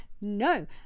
no